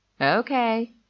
Okay